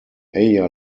aya